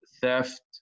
theft